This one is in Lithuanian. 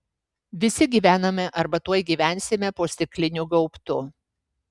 visi gyvename arba tuoj gyvensime po stikliniu gaubtu